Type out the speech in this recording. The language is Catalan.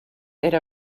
era